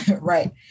Right